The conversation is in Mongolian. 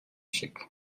шиг